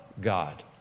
God